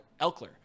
Elkler